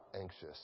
anxious